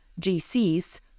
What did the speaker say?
GC's